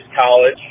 College